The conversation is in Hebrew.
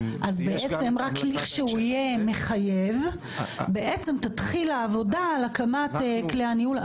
אז בעצם רק כשהוא יהיה מחייב תתחיל העבודה על הקמת כלי הניהול.